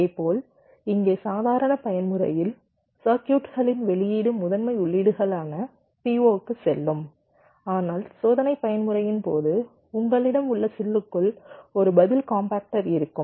இதேபோல் இங்கே சாதாரண பயன்முறையில் சர்க்யூட்களின் வெளியீடு முதன்மை உள்ளீடுகளான PO க்கு செல்லும் ஆனால் சோதனை பயன்முறையின் போது உங்களிடம் உள்ள சில்லுக்குள் ஒரு பதில் காம்பாக்டர் இருக்கும்